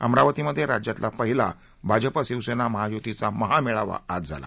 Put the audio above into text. अमरावतीमध्ये राज्यातला पहिला भाजपा शिवसेना महाय्तीचा महामेळावा आज झाला